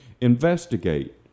investigate